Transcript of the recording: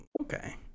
Okay